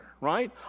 right